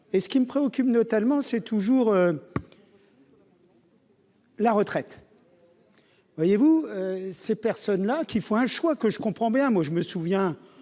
et ce qui me préoccupe notamment c'est toujours. La retraite. Voyez-vous, ces personnes-là qui font un choix que je comprends bien, moi je me souviens